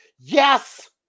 Yes